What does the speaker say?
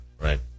Right